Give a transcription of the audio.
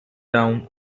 down